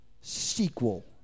Sequel